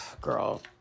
girl